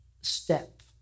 step